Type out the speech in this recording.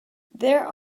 there